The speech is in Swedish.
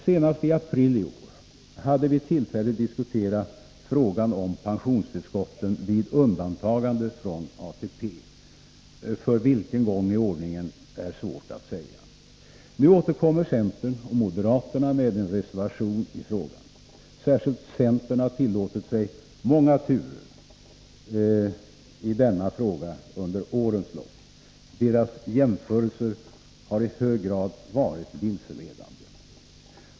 Senast i april i år hade vi tillfälle att diskutera frågan om pensionstillskotten vid undantagande från ATP — för vilken gång i ordningen är svårt att säga. Nu återkommer centern och moderaterna med en reservation i frågan. Särskilt centern har tillåtit sig många turer i denna fråga under årens lopp. Deras jämförelse har i hög grad varit vilseledande.